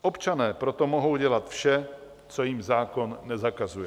Občané proto mohou dělat vše, co jim zákon nezakazuje.